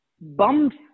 bumps